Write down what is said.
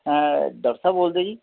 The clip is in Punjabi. ਡਾਕਟਰ ਸਾਹਿਬ ਬੋਲਦੇ ਜੀ